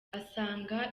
asanga